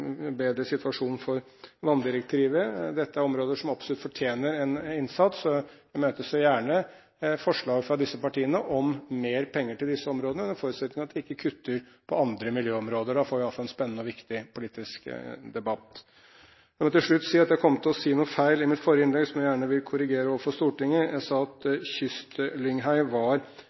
bedre situasjon for vanndirektivet. Dette er områder som absolutt fortjener en innsats. Jeg møter så gjerne forslag fra disse partiene om mer penger til disse områdene, under forutsetning av at man ikke kutter på andre miljøområder. Da får vi i hvert fall en spennende og viktig politisk debatt. La meg til slutt si at jeg kom til å si noe feil i mitt forrige innlegg, som jeg gjerne vil korrigere overfor Stortinget. Jeg sa at kystlynghei var